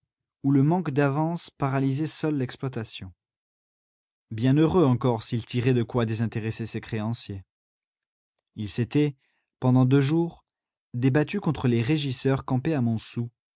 où le manque d'avances paralysait seul l'exploitation bien heureux encore s'il en tirait de quoi désintéresser ses créanciers il s'était pendant deux jours débattu contre les régisseurs campés à montsou